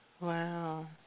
Wow